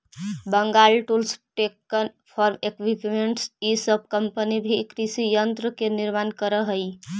Bengal tools, Deccan farm equipments इ सब company भी कृषि यन्त्र के निर्माण करऽ हई